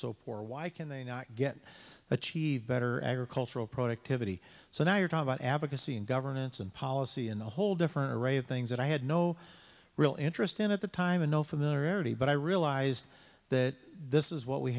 so poor why can they not get achieve better agricultural productivity so now you talk about advocacy and governance and policy and a whole different array of things that i had no real interest in at the time and no familiarity but i realized that this is what we